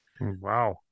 Wow